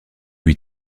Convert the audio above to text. huit